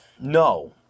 no